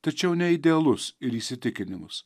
tačiau ne idealus ir įsitikinimus